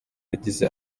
yagize